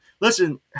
listen